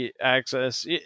access